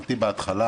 שמתי בהתחלה